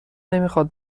نمیخاد